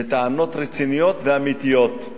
וטענות רציניות ואמיתיות,